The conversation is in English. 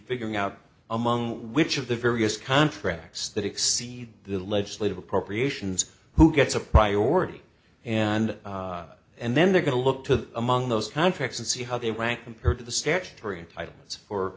figuring out among which of the various contracts that exceed the legislative appropriations who gets a priority and and then they're going to look to among those contracts and see how they rank compared to the statutory entitlements